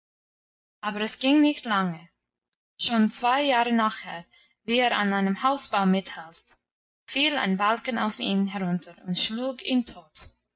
aber es ging nicht lange schon zwei jahre nachher wie er an einem hausbau mithalf fiel ein balken auf ihn herunter und schlug ihn tot